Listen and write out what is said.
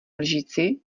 lžíci